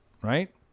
right